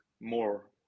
more